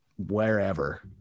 wherever